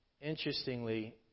interestingly